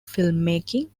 filmmaking